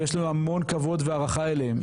ויש לנו המון כבוד והערכה אליהם,